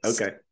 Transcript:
Okay